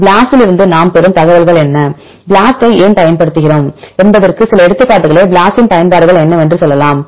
BLAST இலிருந்து நாம் பெறும் தகவல்கள் என்ன BLAST ஏன் பயன்படுத்தப்படுகிறது என்பதற்கான சில எடுத்துக்காட்டுகளை BLAST இன் பயன்பாடுகள் என்னவென்று சொல்லலாம்